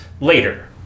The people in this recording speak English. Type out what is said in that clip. Later